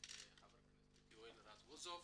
חבר הכנסת יואל רזבוזוב,